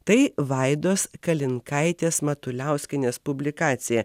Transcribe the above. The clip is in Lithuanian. tai vaidos kalinkaitė matuliauskienė publikacija